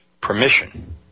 permission